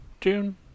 June